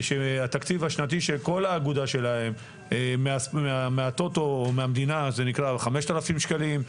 שהתקציב השנתי של כל האגודה שלהם מה"טוטו" או מהמדינה הוא 5,000 שקלים,